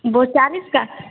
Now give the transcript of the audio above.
वह चालीस का